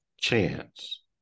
chance